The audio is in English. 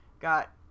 got